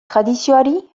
tradizioari